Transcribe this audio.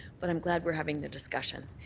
but i'm glad we're having the discussion.